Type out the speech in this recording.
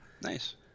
Nice